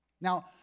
Now